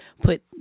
put